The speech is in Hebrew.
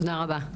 תודה רבה.